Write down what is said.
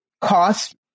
cost